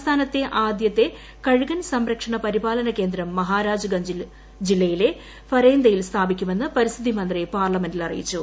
സംസ്ഥാനത്തെ ആദ്യത്തെ കിഴുകൻ സംരക്ഷണ പരിപാലന കേന്ദ്രം മഹാരാജ് ഗഞ്ച് ജില്ലയില്ല് ഫ്രേന്ദയിൽ സ്ഥാപിക്കുമെന്ന് പരിസ്ഥിതി മന്ത്രി പാർലമെന്റിൽ അറീയിച്ചു